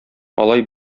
алай